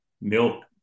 milk